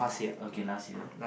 okay last year